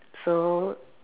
so